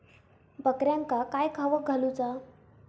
बकऱ्यांका काय खावक घालूचा?